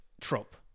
trope